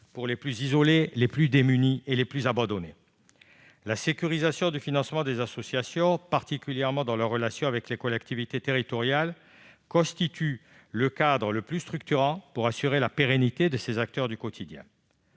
les plus isolés, les plus démunis et les plus abandonnés. La sécurisation du financement des associations, en particulier dans leurs relations avec les collectivités territoriales, constitue le cadre le plus structurant pour assurer la pérennité de ces acteurs du quotidien.